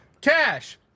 Cash